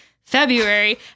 February